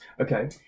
Okay